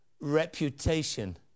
reputation